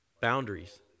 Boundaries